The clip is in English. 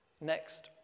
Next